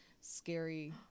scary